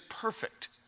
perfect